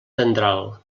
tendral